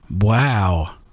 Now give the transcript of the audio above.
Wow